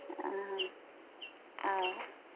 आं हा आं